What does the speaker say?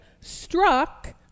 struck